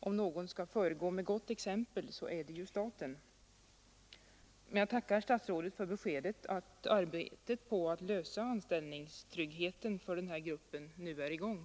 Om någon skall föregå med gott exempel så är det ju staten. Jag tackar statsrådet för beskedet att arbetet på att lösa frågorna om anställningstrygghet för denna grupp nu är påbörjat.